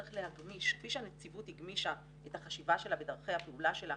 כפי שהנציבות הגמישה את החשיבה שלה בדרכי הפעולה שלה,